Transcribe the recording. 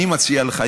אני מציע לך,